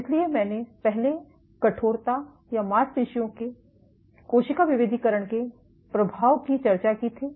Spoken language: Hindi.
इसलिए मैंने पहले कठोरता या मांसपेशियों की कोशिका विभेदीकरण के प्रभाव की चर्चा की थी